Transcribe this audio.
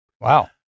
Wow